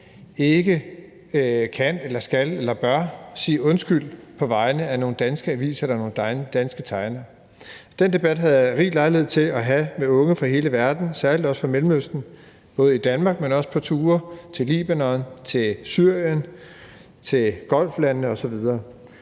ikke kan, skal eller bør sige undskyld på vegne af nogle danske aviser eller tegnere. Den debat havde jeg rig lejlighed til at have med unge fra hele verden, særlig også fra Mellemøsten, både i Danmark, men også på ture til Libanon, Syrien, Golfstaterne osv.,